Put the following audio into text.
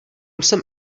jsem